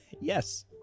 Yes